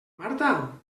marta